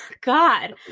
God